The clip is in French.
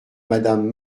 madame